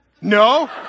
No